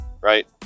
right